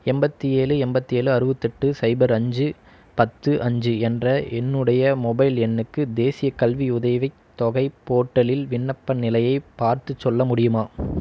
எண்பத்தி ஏழு எண்பத்தி ஏழு அறுபத்தெட்டு சைபர் அஞ்சு பத்து அஞ்சு என்ற என்னுடைய மொபைல் எண்ணுக்கு தேசியக் கல்வி உதவித் தொகை போர்ட்டலில் விண்ணப்ப நிலையைப் பார்த்துச் சொல்ல முடியுமா